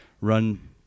run